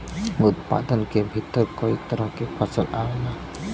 उत्पादन के भीतर कई तरह के फसल आवला